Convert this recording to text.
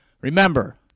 Remember